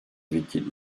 vekil